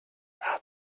are